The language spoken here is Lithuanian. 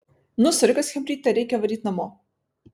nu soriukas chebryte reikia varyt namo